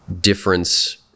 difference